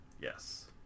Yes